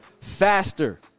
faster